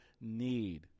need